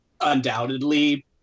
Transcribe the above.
undoubtedly